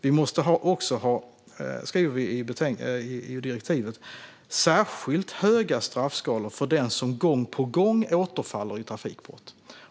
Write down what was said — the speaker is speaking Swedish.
Som vi skriver i direktivet måste vi också ha särskilt höga straffskalor för den som gång på gång återfaller i trafikbrott.